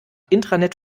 intranet